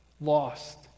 lost